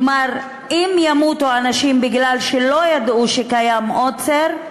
כלומר אם ימותו אנשים בגלל שלא ידעו שקיים עוצר,